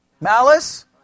malice